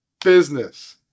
business